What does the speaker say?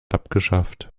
abgeschafft